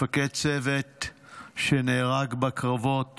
מפקד צוות שנהרג בקרבות